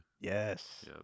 Yes